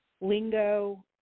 lingo